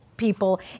people